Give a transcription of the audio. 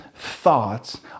thoughts